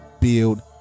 build